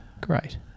Great